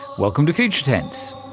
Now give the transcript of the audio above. welcome to future tense.